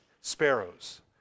sparrows